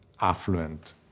affluent